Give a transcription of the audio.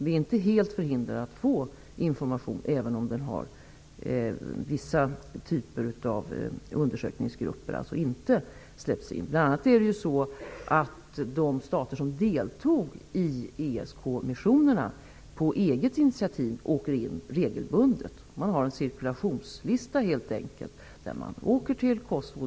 Vi är inte helt förhindrade att få information, även om vissa typer av undersökningsgrupper inte släpps in. Bl.a. åker de stater som deltog i ESK missionerna på eget initiativ regelbundet in i området. Det finns en cirkulationslista, och man åker till Kosovo.